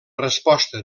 resposta